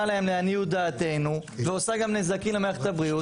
להם לעניות דעתנו ועושה גם נזקים למערכת הבריאות,